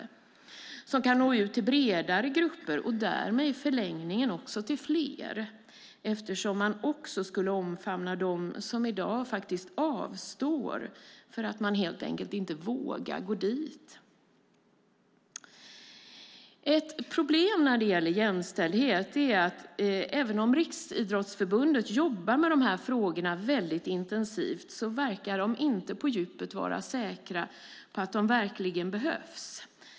På så vis kan man nå ut till bredare grupper och därmed i förlängningen också till fler eftersom man då också skulle omfamna dem som i dag avstår på grund av att de helt enkelt inte vågar gå dit. Ett problem när det gäller jämställdhet är att även om Riksidrottsförbundet intensivt jobbar med dessa frågor så verkar de inte på djupet vara säkra på att det verkligen behövs.